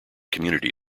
community